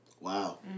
Wow